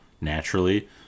naturally